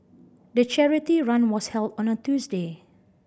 the charity run was held on a Tuesday